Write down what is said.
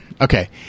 Okay